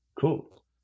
Cool